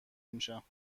میشم